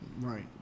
Right